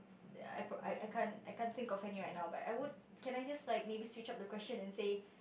I I I can't I can't think of any right now but I would can I just like maybe switch up the question and say